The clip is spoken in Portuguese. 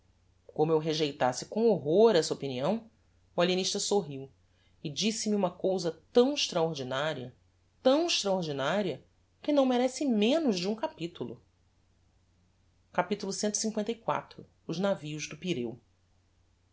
como eu rejeitasse com horror esta opinião o alienista sorriu e disse-me uma cousa tão extraordinaria tão extraordinaria que não merece menos de um capitulo capitulo cliv os navios do pireu